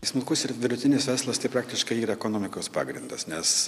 smulkus ir vidutinis verslas tai praktiškai yra ekonomikos pagrindas nes